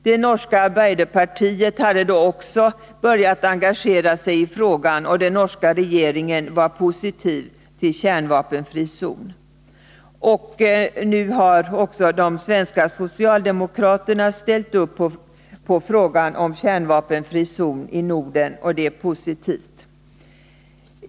Det norska arbeiderpartiet hade då också börjat engagera sig i frågan, och den norska regeringen ställde sig positiv till att Norden skulle vara en kärnvapenfri zon. Nu har också de svenska socialdemokraterna ställt sig bakom den tanken, och det är positivt.